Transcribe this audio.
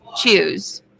choose